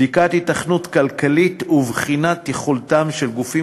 בדיקת היתכנות כלכלית ובחינת יכולתם של גופים